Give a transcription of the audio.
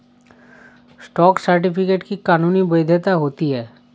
stock certificate की कानूनी वैधता होती है